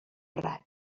raig